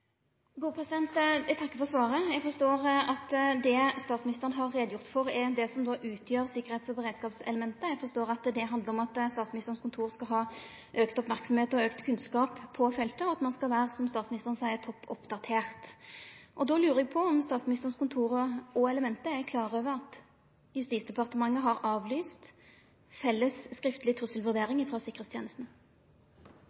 Eg takkar for svaret. Eg forstår at det statsministeren har gjort greie for, er det som utgjer sikkerheits- og beredskapselementet. Eg forstår at det handlar om at Statsministerens kontor skal ha auka merksemd og auka kunnskap på feltet, og at ein skal vere – som statsministeren seier – topp oppdatert. Då lurer eg på om Statsministerens kontor og elementet er klar over at Justisdepartementet har avlyst felles skriftleg